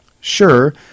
Sure